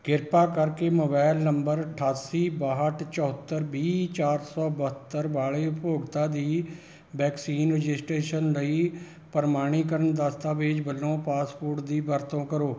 ਕਿਰਪਾ ਕਰਕੇ mobile number ਅਠਾਸੀ ਬਾਹਠ ਚੁਹੱਤਰ ਵੀਹ ਚਾਰ ਸੌ ਬਹੱਤਰ ਵਾਲੇ ਉਪਭੋਗਤਾ ਦੀ ਵੈਕਸੀਨ ਰਜਿਸਟ੍ਰੇਸ਼ਨ ਲਈ ਪ੍ਰਮਾਣੀਕਰਨ ਦਸਤਾਵੇਜ਼ ਵੱਲੋਂ ਪਾਸਪੋਰਟ ਦੀ ਵਰਤੋਂ ਕਰੋ